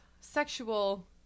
sexual